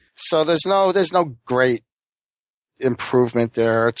so there's no there's no great improvement there.